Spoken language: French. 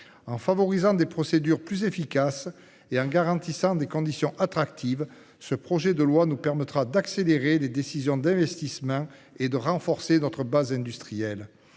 en oeuvre de procédures plus efficaces, dans des conditions attractives, ce projet de loi nous permettra d'accélérer les décisions d'investissement et de renforcer notre base industrielle.